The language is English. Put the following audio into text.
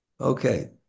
Okay